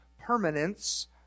permanence